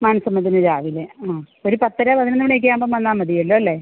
മനഃസമ്മതത്തിന് രാവിലെ ആ ഒരു പത്തര പതിനൊന്ന് മണിയൊക്കെയാവുമ്പം വന്നാൽ മതിയല്ലോ അല്ലേ